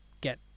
get